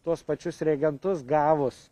tuos pačius reagentus gavus